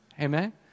Amen